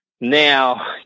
Now